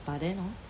but then hor